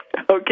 Okay